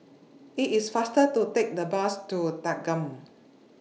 IT IS faster to Take The Bus to Thanggam